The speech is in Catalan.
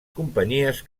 companyies